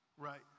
Right